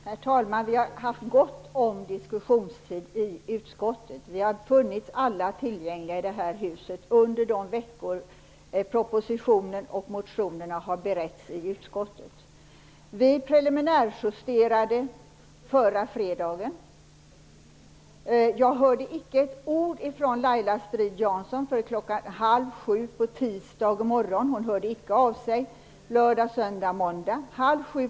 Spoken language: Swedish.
Herr talman! Vi har haft gott om diskussionstid i utskottet. Vi har alla funnits tillgängliga i huset under de veckor som propositionen och motionerna har beretts i utskottet. Vi preliminärjusterade förra fredagen. Jag hörde inte ett ord från Laila Strid-Jansson förrän halvsju på tisdag morgon; hon hörde inte inte av sig lördag, söndag eller måndag.